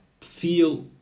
feel